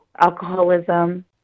alcoholism